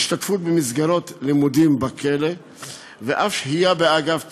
השתתפות במסגרות לימודים בכלא ואף שהייה באגף תורני.